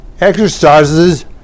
exercises